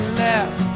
less